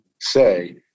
say